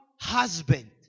husband